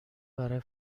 برای